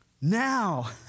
now